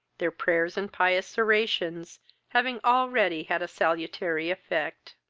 their prayers and pious oraisons having already had a salutary effect.